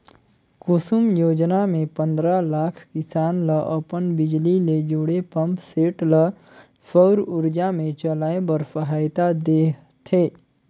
कुसुम योजना मे पंदरा लाख किसान ल अपन बिजली ले जुड़े पंप सेट ल सउर उरजा मे चलाए बर सहायता देह थे